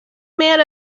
man